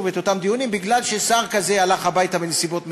את אותם דיונים בגלל ששר כזה הלך הביתה בנסיבות מצערות,